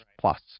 plus